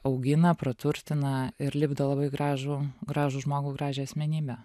augina praturtina ir lipdo labai gražų gražų žmogų gražią asmenybę